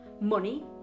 money